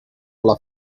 alla